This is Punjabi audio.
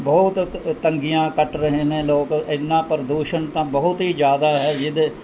ਬਹੁਤ ਤੰਗੀਆਂ ਕੱਟ ਰਹੇ ਨੇ ਲੋਕ ਐਨਾ ਪ੍ਰਦੂਸ਼ਣ ਤਾਂ ਬਹੁਤ ਹੀ ਜ਼ਿਆਦਾ ਹੈ ਜਿਹਦੇ